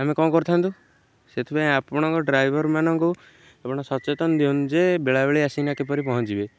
ଆମେ କ'ଣ କରିଥାନ୍ତୁ ସେଥିପାଇଁ ଆପଣଙ୍କ ଡ୍ରାଇଭର୍ମାନଙ୍କୁ ଆପଣ ସଚେତନ ଦିଅନ୍ତି ଯେ ବେଳା ବେଳେ ଆସିକିନା କିପରି ପହଁଞ୍ଚିବେ